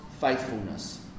faithfulness